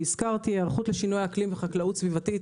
היערכות לשינויי אקלים וחקלאות סביבתית